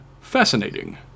Fascinating